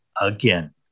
again